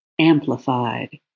amplified